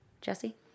Jesse